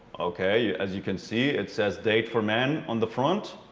okay. as you can see, it says date for man on the front.